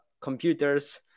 computers